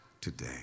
today